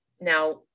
Now